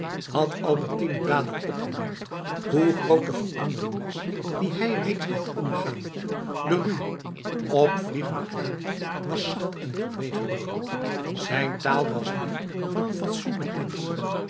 had albertine dadelijk opgemerkt hoe groot de verandering was die hij reeds had ondergaan de ruwe opvliegende knaap was zacht en gedwee geworden zijn taal was die van een fatsoenlijk mensch